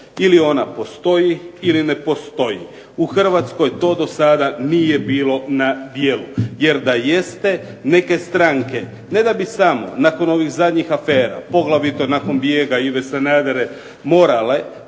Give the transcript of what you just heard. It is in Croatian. ili ona postoji ili ne postoji. U Hrvatskoj to do sada nije bilo na djelu, jer da jeste neke stranke ne da bi samo nakon ovih zadnjih afera poglavito nakon bijega Ive Sanadera morale